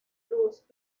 blues